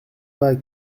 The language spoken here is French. pas